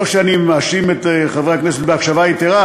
לא שאני מאשים את חברי הכנסת בהקשבה יתרה,